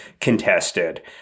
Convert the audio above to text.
contested